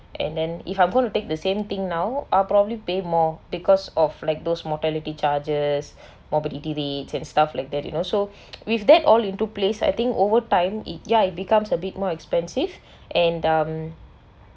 and then if I'm going to take the same thing now I'll probably pay more because of like those mortality charges and stuff like that you know so with that all into place I think over time it ya it becomes a bit more expensive and um